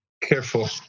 Careful